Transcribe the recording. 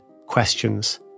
questions